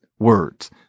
Words